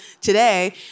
today